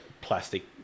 plastic